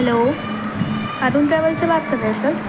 hello Harun travel سے بات کر رہے ہیں سر